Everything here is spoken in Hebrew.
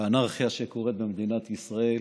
לאנרכיה שקורית במדינת ישראל